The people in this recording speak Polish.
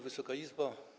Wysoka Izbo!